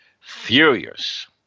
furious